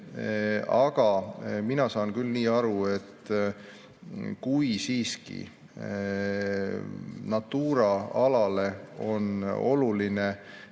Aga mina saan küll nii aru, et kui siiski Natura alale on oluline